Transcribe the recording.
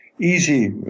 easy